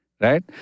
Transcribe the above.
Right